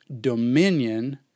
dominion